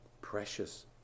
precious